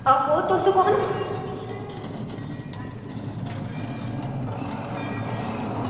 आहो तुस कुन्न